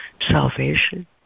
salvation